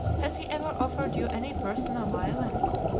has he ever offered you any personal violence?